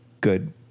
good